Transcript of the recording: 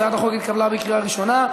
הצעת החוק עברה בקריאה ראשונה,